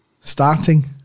Starting